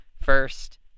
first